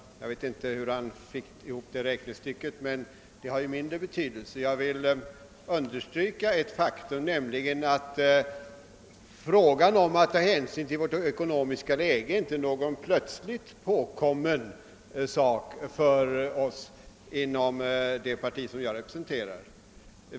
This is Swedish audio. Jag vet inte hur han fick det räknestycket att gå ihop, men den saken har mindre betydelse. Jag vill understryka det faktum att hänsynstagandet till vårt ekonomiska läge inte är någon plötsligt påkommen sak inom det parti jag representerar.